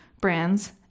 brands